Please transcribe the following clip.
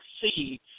see